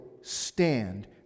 stand